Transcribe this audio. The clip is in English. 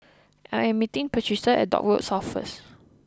I am meeting Patricia at Dock Road South first